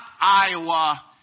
Iowa